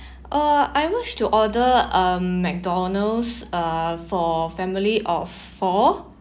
uh I wish to order a McDonald's uh for family of four